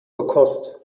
gekost